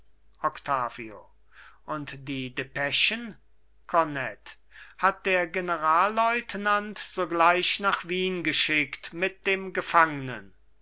und die depeschen kornett hat der generalleutnant sogleich nach wien geschickt mit dem gefangnen